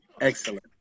excellent